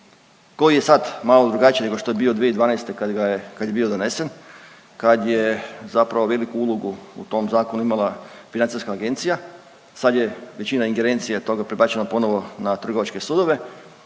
koji je sad malo drugačiji nego što je bio 2012. kad ga je, kad je bio donesen. Kad je zapravo veliku ulogu u tom zakonu imala Financijska agencija, sad je većina ingerencije toga prebačena ponovno na trgovačke sudove